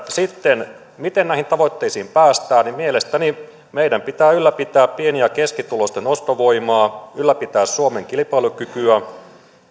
sitten miten näihin tavoitteisiin päästään mielestäni meidän pitää ylläpitää pieni ja keskituloisten ostovoimaa ylläpitää suomen kilpailukykyä